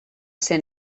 ser